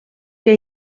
que